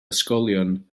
ysgolion